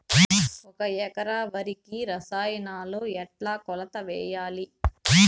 ఒక ఎకరా వరికి రసాయనాలు ఎట్లా కొలత వేయాలి?